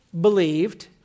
believed